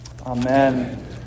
Amen